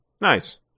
Nice